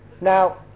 Now